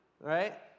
right